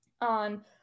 on